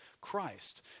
Christ